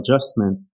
adjustment